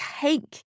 take